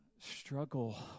Struggle